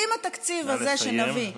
אם התקציב הזה שנביא, נא לסיים,